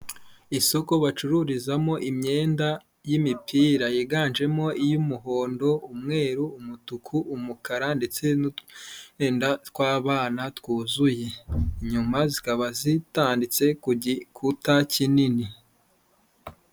Isoko bacururizamo imyenda y'imipira, yiganjemo iy'umuhondo, umweru, umutuku, umukara, ndetse n'utwenda tw'abana twuzuye. Inyuma zikaba zitanditse ku gikuta kinini.